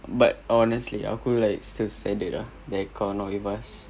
but honestly ah aku like just like that ah the aircon on the bus